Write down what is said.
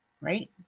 right